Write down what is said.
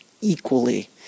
equally